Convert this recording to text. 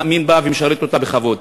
מאמין בה ומשרת אותה בכבוד.